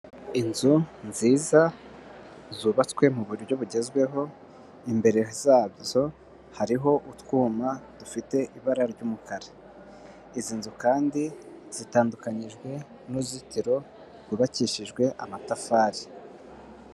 Inzu nziza zubatswe mu buryo bugezweho, imbere zazo hariho utwuma dufite ibara ry'umukara, izi nzu kandi zitandukanyijwe n'uruzitiro rwubakishijwe amatafari.